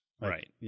Right